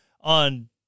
on